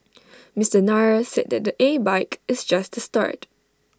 Mister Nair said that the A bike is just start